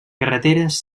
carreteres